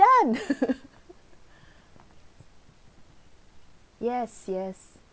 yes yes